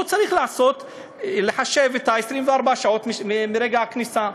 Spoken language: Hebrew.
הוא צריך לחשב את 24 השעות מרגע הכניסה.